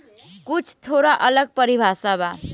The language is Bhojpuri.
कुछ थोड़ा अलग परिभाषा बा